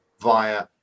via